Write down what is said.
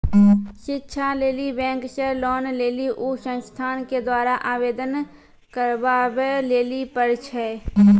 शिक्षा लेली बैंक से लोन लेली उ संस्थान के द्वारा आवेदन करबाबै लेली पर छै?